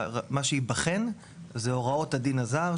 מה שייבחן זה הוראות הדין הזר,